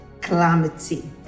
calamity